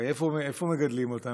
הרי איפה מגדלים אותם?